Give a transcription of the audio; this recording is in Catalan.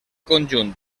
conjunt